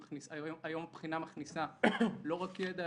הבחינה מכניסה לא רק ידע,